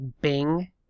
Bing